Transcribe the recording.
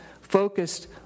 focused